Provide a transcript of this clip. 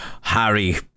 Harry